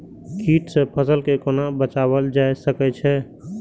कीट से फसल के कोना बचावल जाय सकैछ?